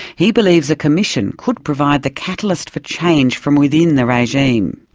he believes a commission could provide the catalyst for change from within the regime.